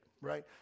right